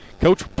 Coach